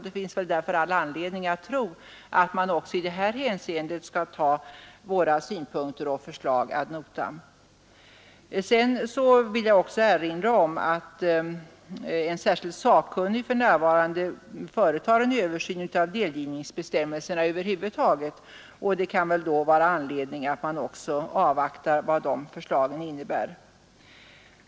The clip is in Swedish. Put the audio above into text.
Det finns därför all anledning att tro att man även i detta hänseende skall ta våra synpunkter och förslag ad notam. Jag vill också erinra om att en särskild sakkunnig för närvarande företar en översyn av delgivningsbestämmelserna. Det kan då vara anledning att avvakta också de förslagen.